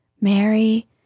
Mary